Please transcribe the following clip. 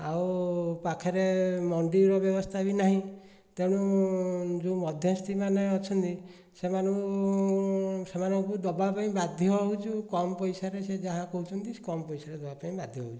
ଆଉ ପାଖରେ ମଣ୍ଡିର ବ୍ୟବସ୍ଥା ବି ନାହିଁ ତେଣୁ ଯେଉଁ ମଧ୍ୟସ୍ତି ମାନେ ଅଛନ୍ତି ସେମାନଙ୍କୁ ସେମାନଙ୍କୁ ଦେବାପାଇଁ ବାଧ୍ୟ ହେଉଚୁ କମ ପଇସାରେ ସେ ଯାହା କହୁଚନ୍ତି କମ୍ ପଇସାରେ ଦେବାପାଇଁ ବାଧ୍ୟ ହେଉଛୁ